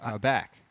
back